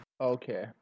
Okay